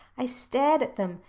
i stared at them,